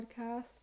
podcast